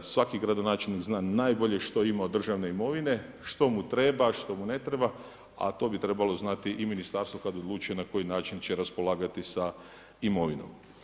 svaki gradonačelnik zna najbolje što ima od državne imovine, što mu treba, što mu ne treba, a to bi trebalo znati i ministarstvo kada odlučuje na koji način će raspolagati sa imovinom.